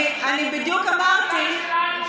אני בדיוק אמרתי,